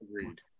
agreed